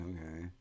Okay